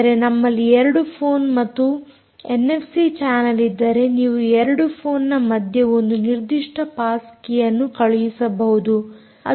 ಅಂದರೆ ನಿಮ್ಮಲ್ಲಿ 2 ಫೋನ್ ಮತ್ತು ಎನ್ಎಫ್ಸಿ ಚಾನಲ್ ಇದ್ದರೆ ನೀವು 2 ಫೋನ್ನ ಮಧ್ಯೆ ಒಂದು ನಿರ್ದಿಷ್ಟ ಪಾಸ್ ಕೀಯನ್ನು ಕಳುಹಿಸಬಹುದು